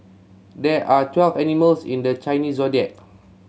there are twelve animals in the Chinese Zodiac